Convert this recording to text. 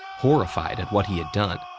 horrified at what he had done,